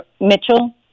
Mitchell